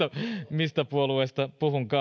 mistä puolueesta